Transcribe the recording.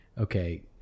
okay